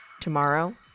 Tomorrow